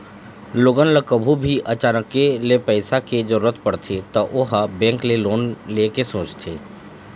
लोगन ल कभू भी अचानके ले पइसा के जरूरत परथे त ओ ह बेंक ले लोन ले के सोचथे